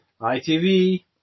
ITV